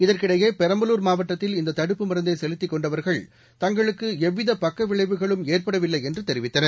இதற்கிடையே பெரம்பலூர் மாவட்டத்தில் இந்ததடுப்பு மருந்தைசெலுத்திக் கொண்டவர்கள் தங்களுக்குஎவ்விதபக்கவிளைவுகளும் ஏற்படவில்லைஎன்றுதெரிவித்தனர்